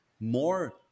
more